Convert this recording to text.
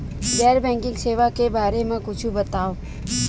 गैर बैंकिंग सेवा के बारे म कुछु बतावव?